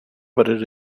but